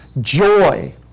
joy